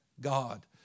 God